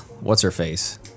What's-her-face